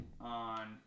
on